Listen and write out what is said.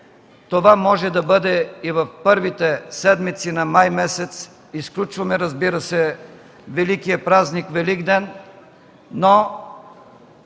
това може да бъде и в първите седмици на месец май, изключваме, разбира се, великия празник Великден, но